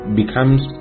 becomes